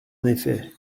effet